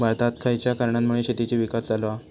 भारतात खयच्या कारणांमुळे शेतीचो विकास झालो हा?